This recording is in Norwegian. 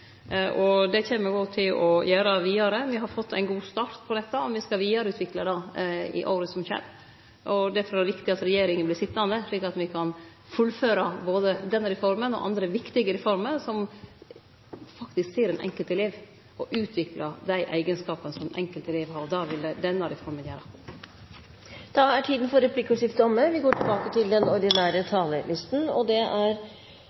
Det kjem eg òg til å gjere vidare. Me har fått ein god start på dette, og me skal vidareutvikle det i åra som kjem. Derfor er det viktig at regjeringa vert sitjande, slik at me kan fullføre både denne reforma og andre viktige reformer, slik at ein faktisk ser den enkelte eleven og utviklar dei eigenskapane som den enkelte eleven har. Det vil denne reforma gjere. Replikkordskiftet er omme. Jeg har behov for å si noe om bakteppet for debatten vi